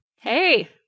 Hey